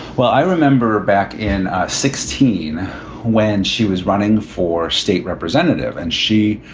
well, i remember back in sixteen when she was running for state representative and she,